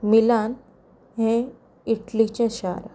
Milan हें इटलीचें शार